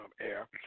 air